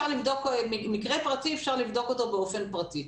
מקרה פרטי אפשר לבדוק באופן פרטי,